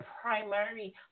primary